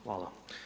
Hvala.